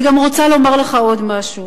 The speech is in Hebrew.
אני גם רוצה לומר לך עוד משהו: